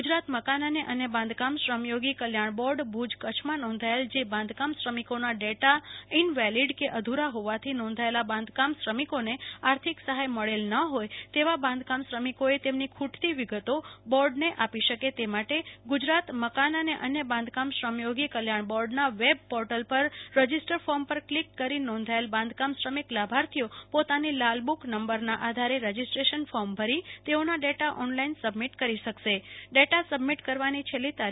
ગુજરાત મકાન અને અન્ય બાંધકામ શ્રમયોગી કલ્યાણ બોર્ડ ભુજ કચ્છમાં નોંધાયેલ જે બાંધકામ શ્રમિકોના ડેટા ઈનવેલીડ કે અધુરા હોવાથી નોંધાયેલા બાંધકામ શ્રમિકોને આર્થિક સહાય મળેલ ન હોય તેવા બાંધકામ શ્રમિકોએ તેમની ખૂટતી વિગતો બોર્ડને આપી શકે તે માટે ગુજરાત મકાન અને અન્ય બાંધકામ શ્રમયોગી કલ્યાણ બોર્ડના વેબ પોર્ટેલ પર રજીસ્ટર ફોર્મ પર કલીક કરી નોંધાયેલ બાંધકામ શ્રમિક લાભાર્થીઓ પોતાની લાલબુક ઓળખપત્ર નંબર ના આધારે રજીસ્ટ્રેશન ફોર્મ ભરી તેઓના ડેટા ઓનલાઇન સબમીટ કરી શકશે અને ડેટા સબમિટ કરવાની છેલ્લી તા